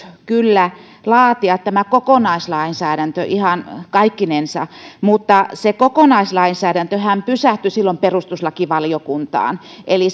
kyllä tarkoitus laatia tämä kokonaislainsäädäntö ihan kaikkinensa mutta kokonaislainsäädäntöhän pysähtyi silloin perustuslakivaliokuntaan eli